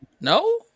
No